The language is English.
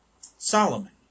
Solomon